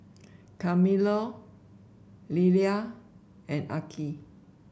Carmelo Lelia and Arkie